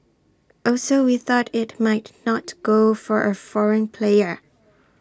also we thought IT might not go for A foreign player